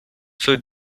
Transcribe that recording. food